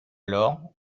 alors